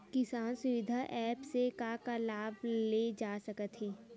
किसान सुविधा एप्प से का का लाभ ले जा सकत हे?